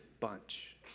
bunch